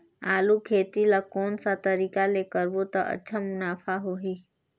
आलू खेती ला कोन सा तरीका ले करबो त अच्छा मुनाफा होही?